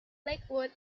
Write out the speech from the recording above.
lakewood